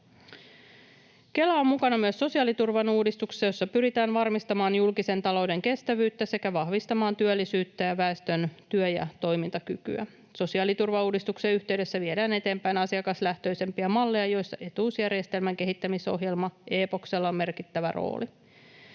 Kela on mukana myös sosiaaliturvan uudistuksessa, jossa pyritään varmistamaan julkisen talouden kestävyyttä sekä vahvistamaan työllisyyttä ja väestön työ- ja toimintakykyä. Sosiaaliturvauudistuksen yhteydessä viedään eteenpäin asiakaslähtöisempiä malleja, joissa etuusjärjestelmän kehittämisohjelma Eepoksella on merkittävä rooli.